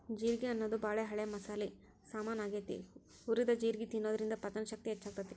ಜೇರ್ಗಿ ಅನ್ನೋದು ಬಾಳ ಹಳೆ ಮಸಾಲಿ ಸಾಮಾನ್ ಆಗೇತಿ, ಹುರಿದ ಜೇರ್ಗಿ ತಿನ್ನೋದ್ರಿಂದ ಪಚನಶಕ್ತಿ ಹೆಚ್ಚಾಗ್ತೇತಿ